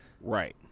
Right